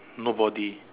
nobody